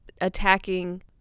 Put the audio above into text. attacking